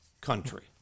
country